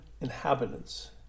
inhabitants